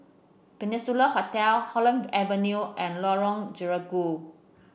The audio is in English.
Peninsula Hotel Holland Avenue and Lorong Gerigu